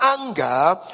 anger